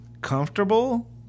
comfortable